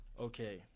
Okay